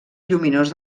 lluminós